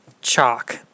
chalk